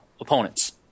opponents